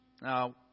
Now